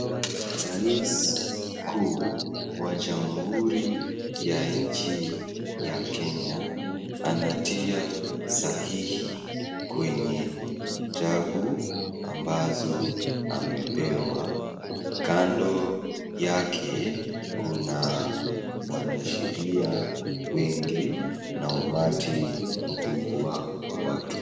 Rais mkuu wa jamhuri ya nchi ya Kenya, anatia sahihi kwenye vitabu ambazo amepewa. Kando yake kuna mwanasheria wengi na umati mkubwa wa watu.